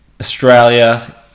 Australia